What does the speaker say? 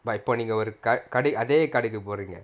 but இப்போ நீங்க அதே கடைக்கு போறீங்க:ippo neenga athae kadaikku poreenga